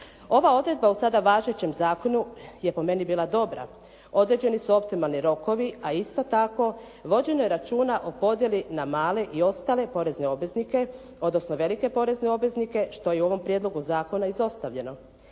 Ova odredba u sada važećem zakonu je po meni bila dobra, određeni su optimalni rokovi a isto tako vođeno je računa o podjeli na male i ostale porezne obveznike odnosno velike porezne obveznike što je u ovom prijedlogu zakona izostavljeno.